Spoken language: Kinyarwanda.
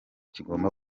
kigomba